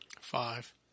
Five